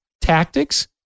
tactics